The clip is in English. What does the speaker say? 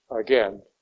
again